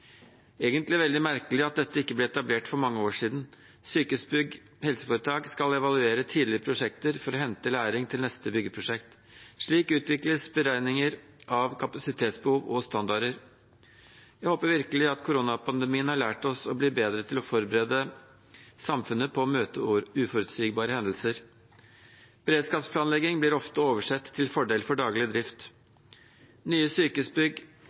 egentlig veldig merkelig at dette ikke ble etablert for mange år siden. Sykehusbygg HF skal evaluere tidligere prosjekter for å hente læring til neste byggeprosjekt. Slik utvikles beregninger av kapasitetsbehov og standarder. Jeg håper virkelig at koronapandemien har lært oss å bli bedre til å forberede samfunnet på å møte uforutsigbare hendelser. Beredskapsplanlegging blir ofte oversett til fordel for daglig drift. Nye sykehusbygg